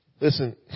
Listen